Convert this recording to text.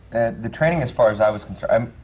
the training, as far as i was concerned, um